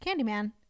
Candyman